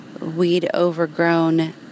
weed-overgrown